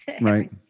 Right